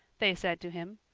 they said to him,